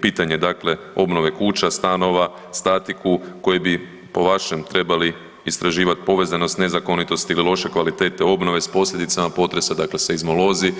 pitanje dakle obnove kuća, stanova, statiku koje bi po vašem trebali istraživati povezanost, nezakonitosti ili loše kvalitete obnove s posljedicama potresa, dakle seizmolozi.